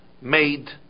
made